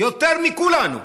יותר מכולנו.